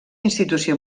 institució